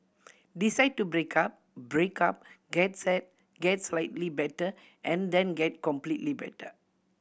decide to break up break up get sad get slightly better and then get completely better